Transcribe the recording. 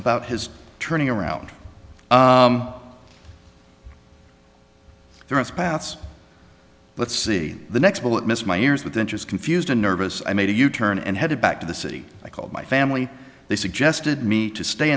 about his turning around there is paths let's see the next bullet missed my ears with inches confused and nervous i made a u turn and headed back to the city i called my family they suggested me to stay